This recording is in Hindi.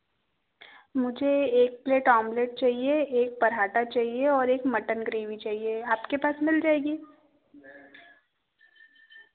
मुझे एक प्लेट आम्लेट चाहिए एक पराँठा चाहिए और एक मटन ग्रेवी चाहिए आपके पास मिल जाएगी